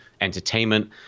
entertainment